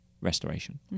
restoration